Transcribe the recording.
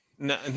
No